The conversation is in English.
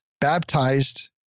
baptized